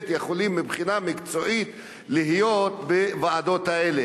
יכולים מבחינה מקצועית להיות בוועדות האלה?